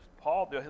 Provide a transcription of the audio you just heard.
Paul